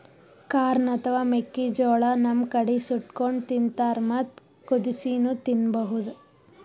corn ಅಥವಾ ಮೆಕ್ಕಿಜೋಳಾ ನಮ್ ಕಡಿ ಸುಟ್ಟಕೊಂಡ್ ತಿಂತಾರ್ ಮತ್ತ್ ಕುದಸಿನೂ ತಿನ್ಬಹುದ್